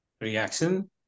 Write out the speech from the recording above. reaction